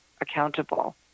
accountable